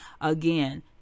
again